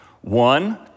One